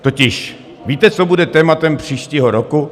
Totiž víte, co bude tématem příštího roku?